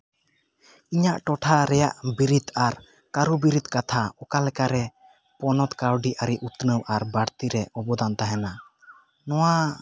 ᱤᱧᱟᱹᱜ ᱴᱚᱴᱷᱟ ᱨᱮᱭᱟᱜ ᱵᱤᱨᱤᱫᱽ ᱟᱨ ᱠᱟᱹᱨᱩ ᱵᱤᱨᱤᱫᱽ ᱠᱟᱛᱷᱟ ᱚᱠᱟᱞᱮᱠᱟᱨᱮ ᱯᱚᱱᱚᱛ ᱠᱟᱹᱣᱰᱤ ᱟᱨᱤ ᱩᱛᱱᱟᱹᱣ ᱟᱨ ᱵᱟᱨ ᱛᱤᱛᱮ ᱚᱵᱚᱫᱟᱱ ᱦᱟᱦᱮᱱᱟ ᱱᱚᱣᱟ